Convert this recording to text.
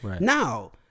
Now